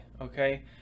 Okay